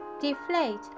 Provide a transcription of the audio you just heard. deflate